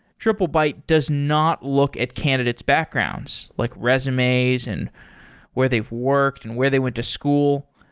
triplebyte does not look at candidate's backgrounds, like resumes and where they've worked and where they went to school.